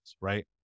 right